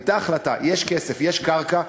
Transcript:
הייתה החלטה, יש כסף, יש קרקע.